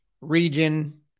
region